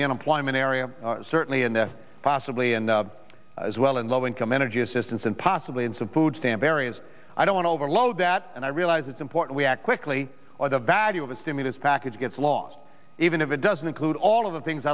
the unemployment area certainly in the possibly and as well in low income energy assistance and possibly in some food stamp areas i don't want to overload that and i realize it's important we act quickly or the value of a stimulus package gets lost even if it doesn't include all of the things